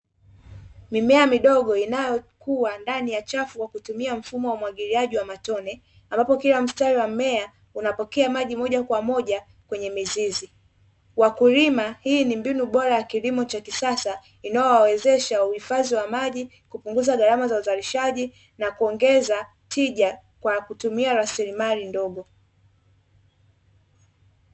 Mimea midogo inayokua ndani ya chafu kwa kutumia mfumo wa umwagiliaji wa matone, ambapo kila mstari wa mmea unapokea maji moja kwa moja kwenye mizizi. Wakulima, hii ni mbinu bora ya kilimo cha kisasa inayowawezesha uhifadhi wa maji, kupunguza gharama za uzalishaji, na kuongeza tija kwa kutumia rasilimali ndogo.